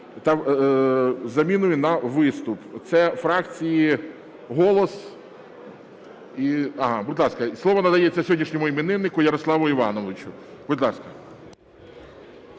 заміною на виступ". Це фракції "Голос" і… Будь ласка. Слово надається сьогоднішньому іменнику Ярославу Івановичу. Будь ласка.